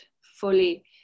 fully